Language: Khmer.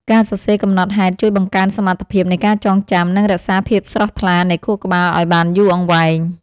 ការសរសេរកំណត់ហេតុជួយបង្កើនសមត្ថភាពនៃការចងចាំ និងរក្សាភាពស្រស់ថ្លានៃខួរក្បាលឱ្យបានយូរអង្វែង។